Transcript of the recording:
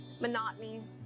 Monotony